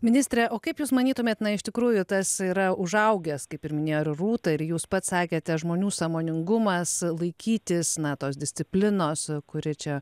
ministre o kaip jūs manytumėt na iš tikrųjų tas yra užaugęs kaip ir minėjo ir rūta ir jūs pats sakėte žmonių sąmoningumas laikytis na tos disciplinos kuri čia